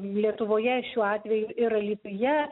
lietuvoje šiuo atveju ir alytuje